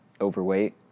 overweight